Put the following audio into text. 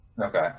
okay